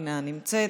אינה נמצאת,